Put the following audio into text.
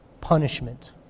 Punishment